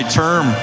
term